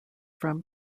from